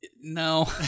No